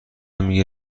میگه